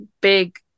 big